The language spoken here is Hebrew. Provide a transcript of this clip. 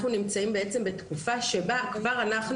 אנחנו נמצאים בתקופה שבה כבר אנחנו,